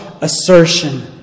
assertion